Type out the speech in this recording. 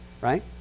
right